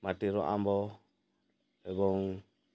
ମାଟିର ଆମ୍ବ ଏବଂ